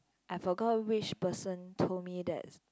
I forgot which person told me that